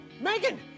Megan